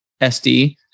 SD